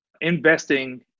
investing